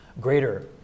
greater